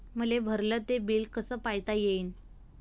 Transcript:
मले भरल ते बिल कस पायता येईन?